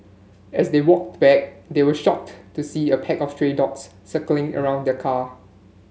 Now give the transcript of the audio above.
as they walked back they were shocked to see a pack of stray dogs circling around the car